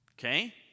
Okay